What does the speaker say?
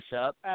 up